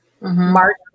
March